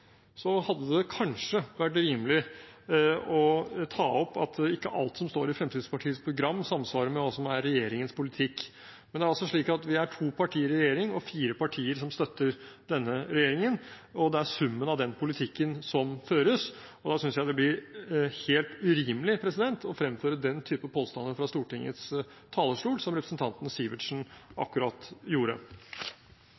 hadde det kanskje vært rimelig å ta opp at ikke alt som står i Fremskrittspartiets program, samsvarer med hva som er regjeringens politikk. Men det er altså slik at vi er to partier i regjering og to partier som støtter denne regjeringen, og det er summen av den politikken som føres. Da synes jeg det blir helt urimelig å fremføre den typen påstander fra Stortingets talerstol som representanten Sivertsen